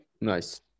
Nice